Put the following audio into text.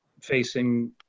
facing